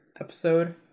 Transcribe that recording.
episode